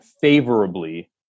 favorably